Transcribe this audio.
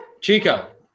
Chico